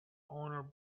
owner